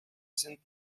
sind